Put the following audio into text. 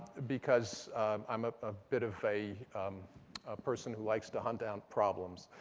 because i'm ah a bit of a person who likes to hunt down problems.